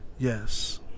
Yes